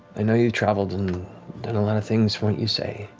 i know you've traveled and done a lot of things from what you say.